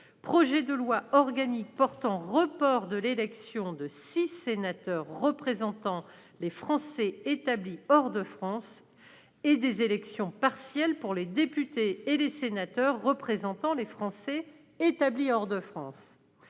projet de loi organique portant report de l'élection de six sénateurs représentant les Français établis hors de France et des élections partielles pour les députés et les sénateurs représentant les Français établis hors de France.